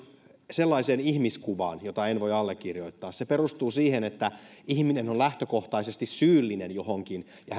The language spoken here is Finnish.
sellaiseen ihmiskuvaan jota en voi allekirjoittaa se perustuu siihen että ihminen on lähtökohtaisesti syyllinen johonkin ja